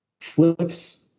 flips